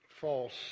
false